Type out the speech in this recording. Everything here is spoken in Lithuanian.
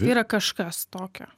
yra kažkas tokio